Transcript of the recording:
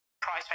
price